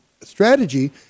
strategy